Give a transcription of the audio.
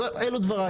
אלו דבריי.